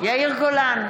יאיר גולן,